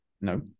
No